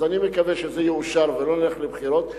אז אני מקווה שזה יאושר ולא נלך לבחירות,